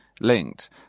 linked